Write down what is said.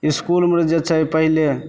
इसकूलमे जे छै पहिले